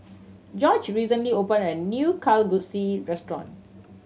Jorge recently opened a new Kalguksu restaurant